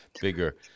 bigger